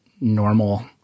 normal